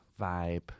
vibe